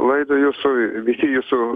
laidą jūsų visi jūsų